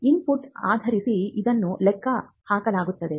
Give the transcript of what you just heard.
input ಆಧರಿಸಿ ಇದನ್ನು ಲೆಕ್ಕಹಾಕಲಾಗುತ್ತದೆ